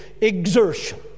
exertion